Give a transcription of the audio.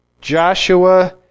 Joshua